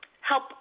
help